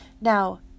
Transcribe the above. Now